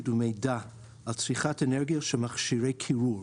ומידע על צריכת אנרגיה של מכשירי קירור),